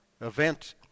event